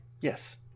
Yes